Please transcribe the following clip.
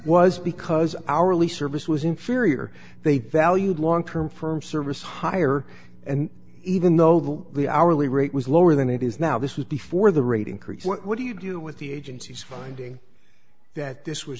was because hourly service was inferior they valued long term firm service higher and even though the hourly rate was lower than it is now this was before the rate increase what do you do with the agency's finding that this was